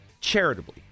charitably